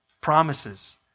promises